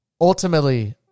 ultimately